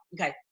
Okay